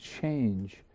change